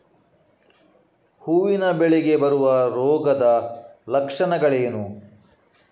ಹೂವಿನ ಬೆಳೆಗೆ ಬರುವ ರೋಗದ ಲಕ್ಷಣಗಳೇನು?